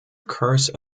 curse